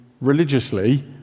religiously